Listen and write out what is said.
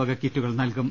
വക കിറ്റുകൾ നൽകും